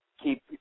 keep